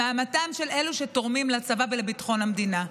במעמדם של אלו שתורמים לצבא ולביטחון המדינה.